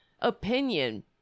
opinion